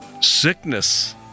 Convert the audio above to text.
Sickness